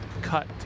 cut